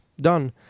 done